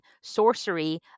sorcery